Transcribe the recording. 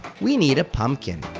we need a pumpkin.